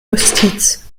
justiz